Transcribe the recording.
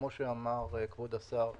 כמו שאמר כבוד השר,